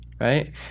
right